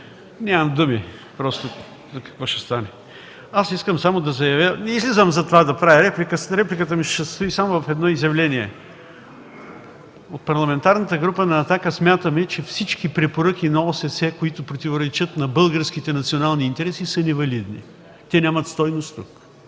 Нямам думи, просто, какво ще стане. Не излизам за това да правя реплика. Репликата ми ще се състои само в едно изявление. От Парламентарната група на „Атака” смятаме, че всички препоръки на ОССЕ, които противоречат на българските национални интереси, са невалидни, те нямат стойност тук.